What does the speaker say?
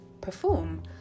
perform